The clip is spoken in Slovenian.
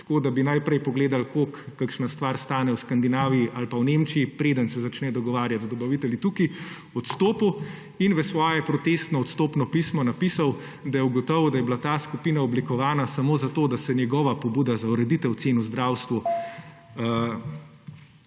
tako da bi najprej pogledali, koliko kakšna stvar stane v Skandinaviji ali pa v Nemčiji, preden se začne dogovarjati z dobavitelji tukaj, odstopil in v svoje protestno odstopno pismo napisal, da je ugotovil, da je bila ta skupina oblikovana samo zato, da se njegova pobuda za ureditev cen v zdravstvu